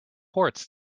reports